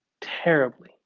terribly